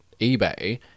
eBay